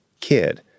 kid